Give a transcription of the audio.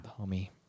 homie